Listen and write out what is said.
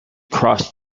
cross